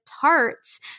Tarts